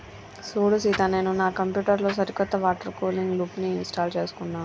సూడు సీత నాను నా కంప్యూటర్ లో సరికొత్త వాటర్ కూలింగ్ లూప్ని ఇంస్టాల్ చేసుకున్నాను